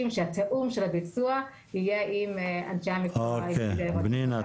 שתיאום הביצוע יהיה עם אנשי המקצוע בקק"ל.